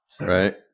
Right